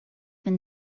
been